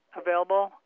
available